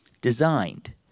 designed